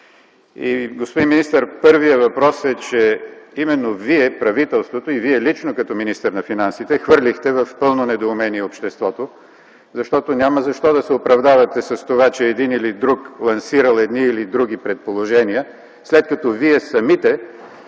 Господин министър, първият въпрос е, че правителството и Вие лично като министър на финансите хвърлихте в пълно недоумение обществото, защото няма защо да се оправдавате с това, че един или друг лансирал едни или други предположения, след като вие самите